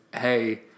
hey